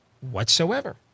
whatsoever